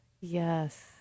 Yes